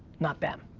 not them.